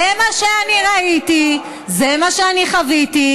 זה מה שאני ראיתי, זה מה שאני חוויתי.